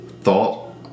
thought